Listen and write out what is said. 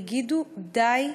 יגידו: די.